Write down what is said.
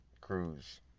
Cruz